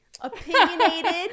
opinionated